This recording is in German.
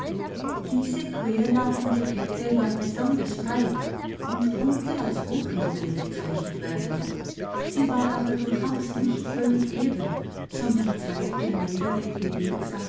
diese quer laufende kette war besonders breit und konnte als hochebene bezeichnet werden sie war aber durchaus nicht völlig eben sondern zeigte mehrere